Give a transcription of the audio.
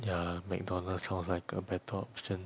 ya McDonald's sounds like a better option